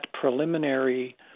preliminary